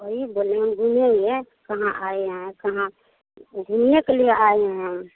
वही बोले हम घूमेंगे कहाँ आए हैं कहाँ घूमने के लिए आए हैं हम